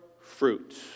fruit